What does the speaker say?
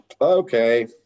okay